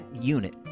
unit